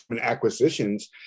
acquisitions